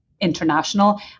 international